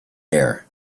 air